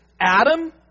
Adam